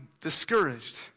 discouraged